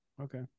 okay